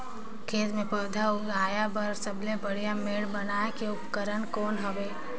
खेत मे पौधा उगाया बर सबले बढ़िया मेड़ बनाय के उपकरण कौन हवे?